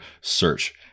search